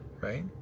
right